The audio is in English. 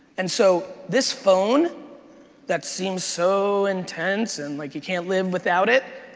and so this phone that seems so intense and like you can't live without it,